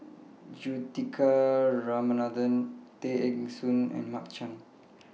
Juthika Ramanathan Tay Eng Soon and Mark Chan